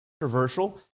controversial